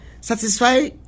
satisfy